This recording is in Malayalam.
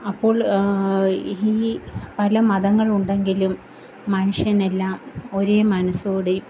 അപ്പോള് ഈ പല മതങ്ങള് ഉണ്ടെങ്കിലും മനുഷ്യനെല്ലാം ഒരേ മനസ്സോടെ